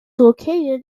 located